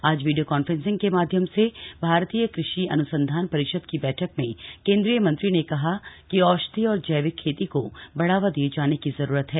आज video conferencing के माध्यम से भारतीय कृषि अन्संधान परिषद की बैठक में केन्द्रीय मंत्री ने कहा कि औषधीय और जैविक खेती को बढ़ावा दिए जाने की जरूरत है